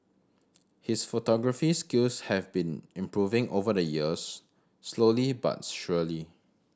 his photography skills have been improving over the years slowly but surely